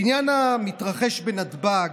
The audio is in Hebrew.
בעניין המתרחש בנתב"ג,